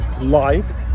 live